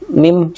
mim